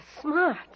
smart